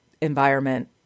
environment